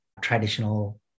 traditional